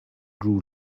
grew